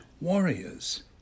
warriors